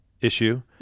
issue